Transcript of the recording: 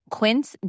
Quince